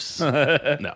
No